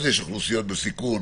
אז יש אוכלוסיות בסיכון,